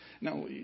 Now